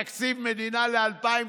תקציב מדינה ל-2020